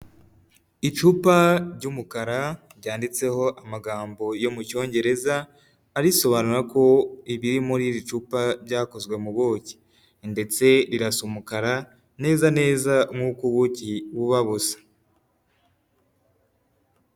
Icupa ry'umukara ryanditseho amagambo yo mu cyongereza arisobanura ko ibiri muri iri cupa byakozwe mu buki ndetse rirasa umukara neza neza nk'uko ubuki buba busa.